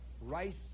Rice